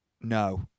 No